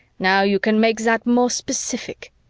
now you can make that more specific.